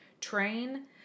train